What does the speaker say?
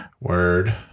Word